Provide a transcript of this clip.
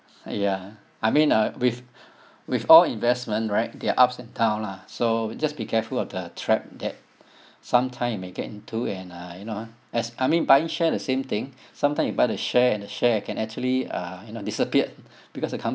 ya I mean uh with with all investment right there are ups and down lah so just be careful of the trap that some time you may get into and uh you know as I mean buying share the same thing sometimes you buy the share and the share can actually uh you know disappeared because the com~